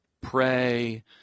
pray